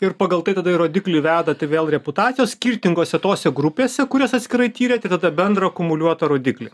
ir pagal tai tada ir rodiklį vedate vėl reputacijos skirtingose tose grupėse kurias atskirai tyrėt ir tada bendrą akumuliuotą rodiklį